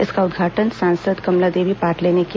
इसका उद्घाटन सांसद कमलादेवी पाटले ने किया